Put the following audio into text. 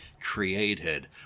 created